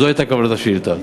זו הייתה כוונת השאילתה.